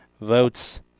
votes